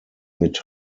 mit